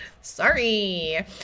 sorry